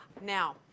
now